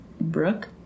Brooke